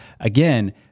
Again